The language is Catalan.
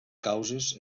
causes